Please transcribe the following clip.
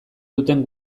duten